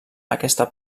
aquesta